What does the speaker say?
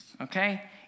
okay